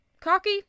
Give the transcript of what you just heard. Cocky